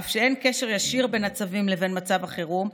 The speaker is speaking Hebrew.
אף שאין קשר ישיר בין הצווים לבין מצב החירום,